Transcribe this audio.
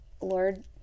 Lord